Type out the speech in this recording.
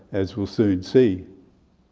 as we'll soon see.